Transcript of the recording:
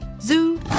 Zoo